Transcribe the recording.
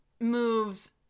moves